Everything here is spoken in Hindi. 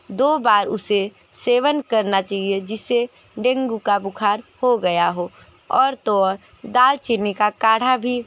दो बार उसे सेवन करना चाहिए जिसे डेंगू का बुखार हो गया हो और तो और दालचीनी का काढ़ा भी